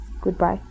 goodbye